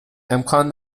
امکان